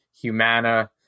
Humana